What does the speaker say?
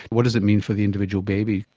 what does it mean for the individual baby?